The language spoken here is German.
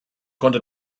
konnte